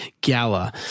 Gala